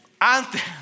Antes